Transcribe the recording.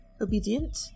Obedient